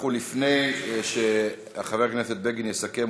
לפני שחבר הכנסת בגין יסכם,